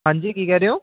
ਹਾਂਜੀ ਕੀ ਕਹਿ ਰਹੇ ਓ